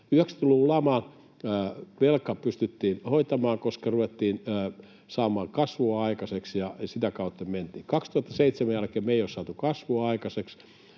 90-luvun laman velka pystyttiin hoitamaan, koska ruvettiin saamaan kasvua aikaiseksi ja mentiin sitä kautta. Vuoden 2007 jälkeen me ei olla saatu kasvua aikaiseksi,